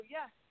Yes